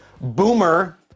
Boomer